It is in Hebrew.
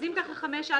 אז אם כך 5(א)(1)(ג)